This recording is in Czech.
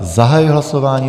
Zahajuji hlasování.